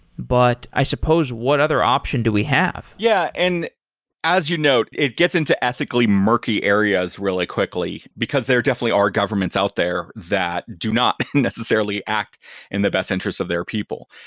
but i suppose what other option do we have? yeah. and as you note, it gets into ethically murky areas really quickly, because there definitely are governments out there that do not necessarily act in the best interests of their people.